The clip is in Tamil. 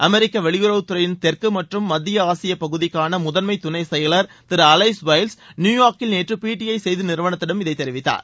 அமெரிக்க வெளியுறவுத்துறையின் தெற்கு மற்றும் மத்திய ஆசிய பகுதிக்கான முதன்மை துணை செயலர் திரு அலைஸ் வெல்ஸ் நியுயார்க்கில் நேற்று பிடிஐ செய்தி நிறுவனத்திடம் இதனை தெரிவித்தார்